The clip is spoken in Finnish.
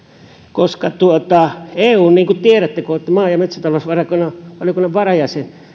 koska eun niin kuin tiedätte kun olette maa ja metsätalousvaliokunnan varajäsen